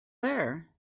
there